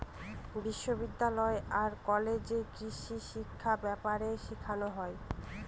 বিশ্ববিদ্যালয় আর কলেজে কৃষিশিক্ষা ব্যাপারে শেখানো হয়